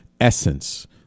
essence